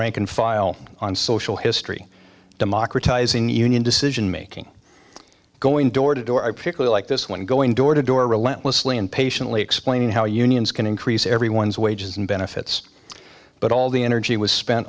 rank and file on social history democratizing union decision making going door to door i particularly like this one going door to door relentlessly and patiently explaining how unions can increase everyone's wages and benefits but all the energy was spent